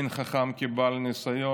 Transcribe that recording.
אין חכם כבעל ניסיון.